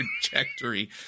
trajectory